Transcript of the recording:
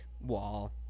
wall